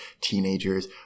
teenagers